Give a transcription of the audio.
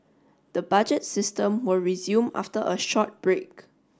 the budget system will resume after a short break